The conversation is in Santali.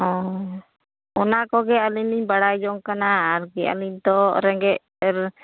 ᱚ ᱚᱱᱟ ᱠᱚᱜᱮ ᱟᱹᱞᱤᱧ ᱞᱤᱧ ᱵᱟᱲᱟᱭ ᱡᱚᱝ ᱠᱟᱱᱟ ᱟᱨᱠᱤ ᱟᱹᱞᱤᱧ ᱛᱳ ᱨᱮᱸᱜᱮᱡ